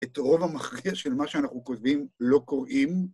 את רוב המכריע של מה שאנחנו כותבים לא קוראים.